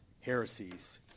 heresies